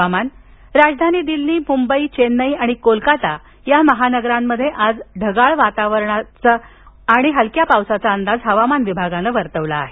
हवामान राजधानी दिल्ली मुंबई चेन्नई आणि कोलकता या महानगरांमध्ये आज ढगाळ वातावरणाचा राहून हलक्या पावसाचा अंदाज हवामान विभागानं वर्तवला आहे